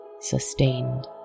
sustained